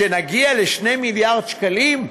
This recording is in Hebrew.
כשנגיע ל-2 מיליארד שקלים,